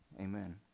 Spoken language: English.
Amen